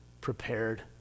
prepared